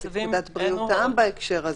בפקודת בריאות העם בהקשר הזה?